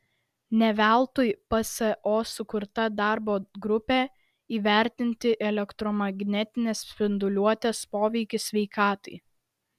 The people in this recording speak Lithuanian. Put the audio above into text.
ne veltui pso sukurta darbo grupė įvertinti elektromagnetinės spinduliuotės poveikį sveikatai